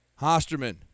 Hosterman